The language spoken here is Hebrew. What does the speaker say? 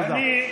תודה.